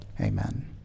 Amen